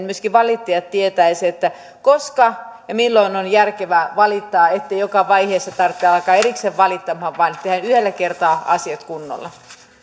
myöskin valittajat tietäisivät koska ja milloin on järkevää valittaa ettei joka vaiheessa tarvitse alkaa erikseen valittamaan vaan tehdään yhdellä kertaa asiat kunnolla